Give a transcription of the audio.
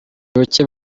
bucye